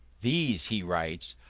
these, he writes,